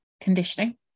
conditioning